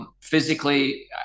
Physically